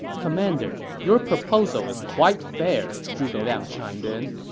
commander, your proposal is quite fair, zhuge liang chimed in.